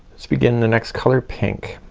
let's begin the next color, pink.